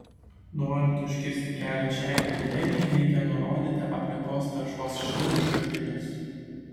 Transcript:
norint užkirsti kelią šiai epidemijai reikia nurodyti aplinkos taršos švinu šaltinius